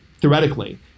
theoretically